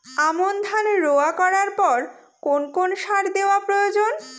আমন ধান রোয়া করার পর কোন কোন সার দেওয়া প্রয়োজন?